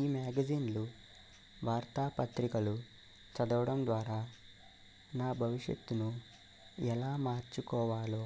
ఈ మ్యాగజైన్లు వార్తాపత్రికలు చదవడం ద్వారా నా భవిష్యత్తును ఎలా మార్చుకోవాలో